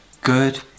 good